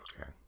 okay